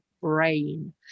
brain